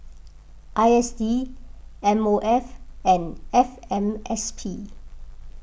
I S D M O F and F M S P